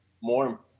more